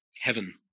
Heaven